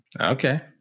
Okay